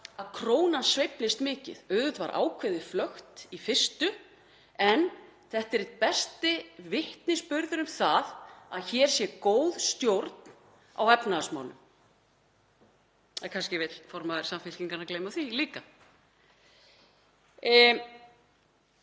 að krónan hafi sveiflast mikið. Auðvitað var ákveðið flökt í fyrstu en þetta er besti vitnisburðurinn um það að hér sé góð stjórn á efnahagsmálum. Kannski vill formaður Samfylkingarinnar gleyma því líka.